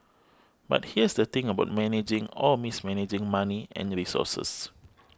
but here's the thing about managing or mismanaging money and resources